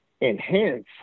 enhance